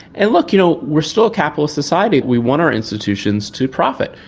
and look, you know we're still a capitalist society, we want our institutions to profit,